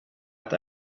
att